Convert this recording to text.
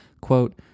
quote